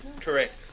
Correct